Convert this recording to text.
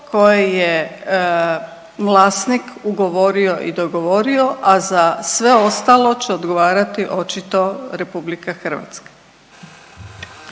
koje je vlasnik ugovorio i dogovorio, a za sve ostalo će odgovarati očito RH.